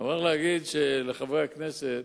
אני מוכרח להגיד לחברי הכנסת